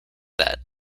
that